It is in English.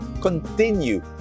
continue